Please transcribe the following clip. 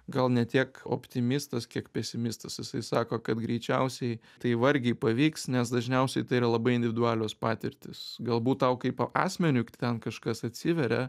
gal ne tiek optimistas kiek pesimistas jisai sako kad greičiausiai tai vargiai pavyks nes dažniausiai tai yra labai individualios patirtys galbūt tau kaipo asmeniui ten kažkas atsiveria